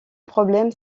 problème